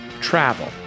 travel